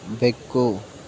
ಬೆಕ್ಕು